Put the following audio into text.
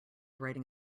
writing